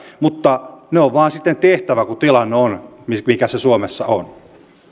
mutta ne on vaan tehtävä kun tilanne on mikä se suomessa on